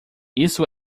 isso